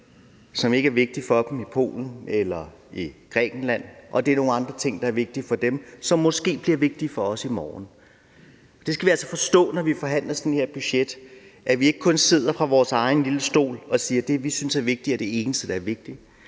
som ikke er vigtigt for dem i Polen eller i Grækenland, og at det er nogle andre ting, der er vigtige for dem, som måske bliver vigtige for os i morgen. Det skal vi altså forstå, når vi forhandler sådan et budget, nemlig at vi ikke kun skal sidde på vores egen lille stol og sige, at det, vi synes er vigtigt, er det eneste, der er vigtigt.